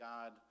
God